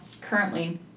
currently